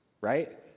right